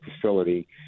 facility